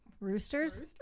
Roosters